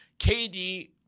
KD